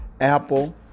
apple